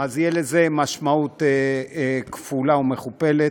תהיה לזה משמעות כפולה ומכופלת.